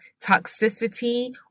toxicity